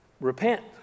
repent